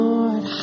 Lord